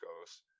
goes